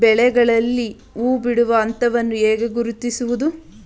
ಬೆಳೆಗಳಲ್ಲಿ ಹೂಬಿಡುವ ಹಂತವನ್ನು ಹೇಗೆ ಗುರುತಿಸುವುದು?